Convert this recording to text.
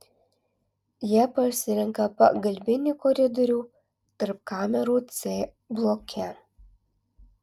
jie pasirenka pagalbinį koridorių tarp kamerų c bloke